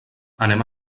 anem